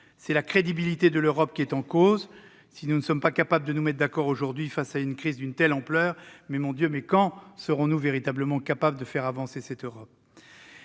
La crédibilité de l'Europe est en cause. Si nous ne sommes pas capables de nous mettre d'accord aujourd'hui face à une crise d'une telle ampleur, quand serons-nous véritablement capables de faire avancer l'Europe ?